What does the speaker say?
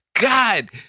God